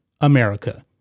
America